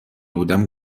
بودم